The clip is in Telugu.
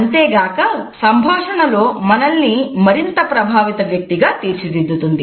అంతేగాక సంభాషణలో మనల్ని మరింత ప్రభావిత వ్యక్తిగా తీర్చిదిద్దుతుంది